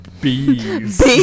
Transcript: bees